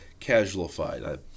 casualified